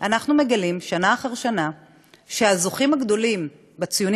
אנחנו מגלים שנה אחר שנה שהזוכים הגדולים בציונים